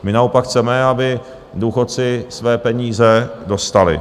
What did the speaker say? My naopak chceme, aby důchodci své peníze dostali.